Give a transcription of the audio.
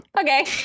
okay